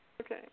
Okay